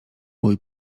mój